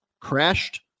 crashed